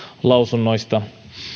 lausunnoista